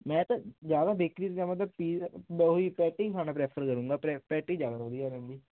ਮੈਂ ਤੇ ਜਿਆਦਾ ਬੇਕਰੀ ਜਾਵਾ ਤਾ ਪੀਜ਼ਾ ਉਹ ਹੀ ਪੈਟੀ ਖਾਣਾ ਪ੍ਰੈਫਰ ਕਰੂੰਗਾ ਪੈਟੀ ਜਿਆਦਾ ਵਧੀਆ ਰਹਿੰਦੀ